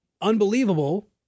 Unbelievable